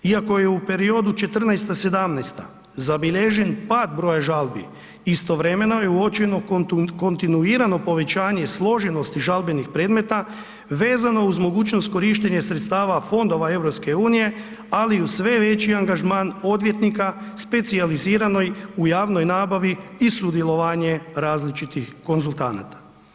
Iako je u periodu 2014.-2017. zabilježen pad broj broja žalbi, istovremeno je uočeno kontinuirano povećanje i složenost žalbenih predmeta vezano uz mogućnost korištenja sredstava fondova EU-a ali uz sve veći angažman odvjetnika specijaliziranoj u javnoj nabavi i sudjelovanje različitih konzultanata.